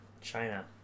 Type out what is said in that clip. China